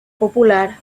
popular